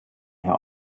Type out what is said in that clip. her